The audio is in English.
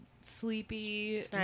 sleepy